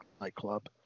nightclub